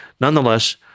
Nonetheless